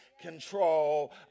control